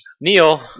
Neil